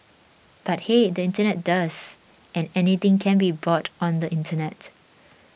but hey the Internet does and anything can be bought on the Internet